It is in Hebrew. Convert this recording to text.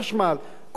כל מי שרוצה היום,